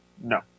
No